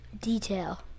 detail